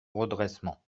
redressement